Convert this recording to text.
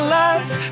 life